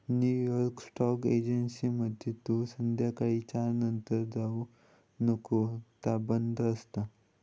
new York stock एक्सचेंजमध्ये तू संध्याकाळी चार नंतर जाऊ नको ता बंद असता